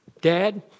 Dad